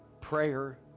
prayer